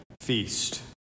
feast